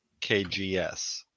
KGS